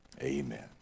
amen